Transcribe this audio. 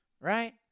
Right